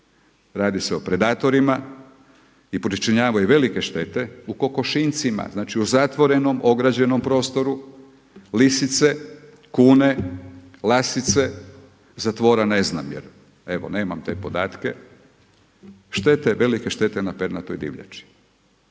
radi se o predatorima i pričinjavaju velike štete kokošinjcima. Znači u zatvorenom, ograđenom prostoru lisice, kune, lasice. Za tvora ne znam jer evo nemam te podatke. Štete, velike štete na pernatoj divljači.